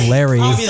Larry